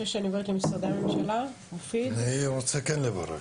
אני רוצה לברך.